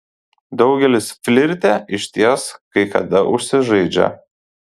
daugelis flirte išties kai kada užsižaidžia